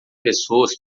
pessoas